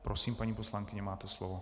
Prosím, paní poslankyně, máte slovo.